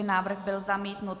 Návrh byl zamítnut.